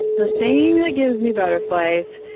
the thing that gives me butterflies.